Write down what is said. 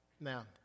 Now